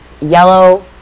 yellow